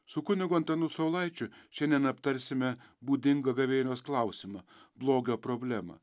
su kunigu antanu saulaičiu šiandien aptarsime būdingą gavėnios klausimą blogio problemą